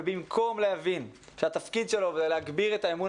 במקום להבין שהתפקיד שלו זה להגביר את האמון